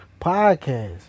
podcast